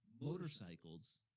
motorcycles